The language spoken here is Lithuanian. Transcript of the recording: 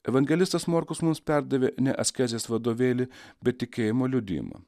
evangelistas morkus mums perdavė ne askezės vadovėlį bet tikėjimo liudijimą